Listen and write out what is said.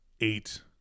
Eight